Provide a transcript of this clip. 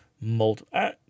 multiple